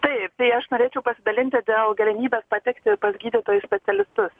taip tai aš norėčiau pasidalinti dėl galimybės patekti pas gydytojus specialistus